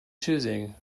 choosing